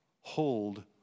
hold